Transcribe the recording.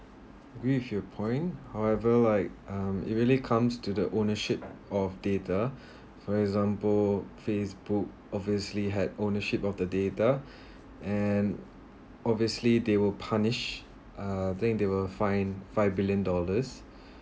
agreed with your point however I um it really comes to the ownership of data for example facebook obviously had ownership of the data and obviously they will punish uh I think they'll fine five million dollars